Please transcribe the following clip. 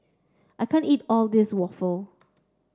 I can't eat all this waffle